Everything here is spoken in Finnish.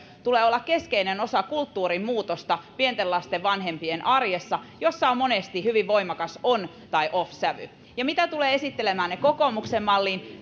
tulee olla keskeinen osa kulttuurin muutosta pienten lasten vanhempien arjessa jossa on monesti hyvin voimakas on tai off sävy ja mitä tulee esittelemäänne kokoomuksen malliin